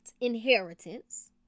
inheritance